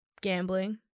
gambling